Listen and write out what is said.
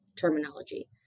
terminology